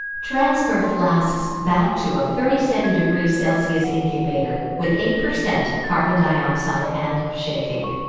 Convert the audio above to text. transfer flasks back to a thirty seven degrees celsius incubator with eight percent carbon dioxide and shaking.